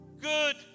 Good